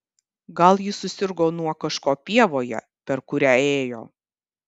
gal ji susirgo nuo kažko pievoje per kurią ėjo